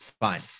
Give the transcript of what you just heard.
fine